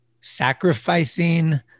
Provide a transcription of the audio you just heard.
sacrificing